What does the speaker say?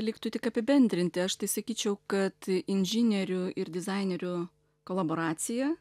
liktų tik apibendrinti aš tai sakyčiau kad inžinierių ir dizainerių kolaboracija